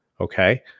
Okay